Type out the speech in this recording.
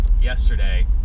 yesterday